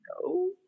No